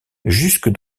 jusque